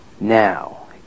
Now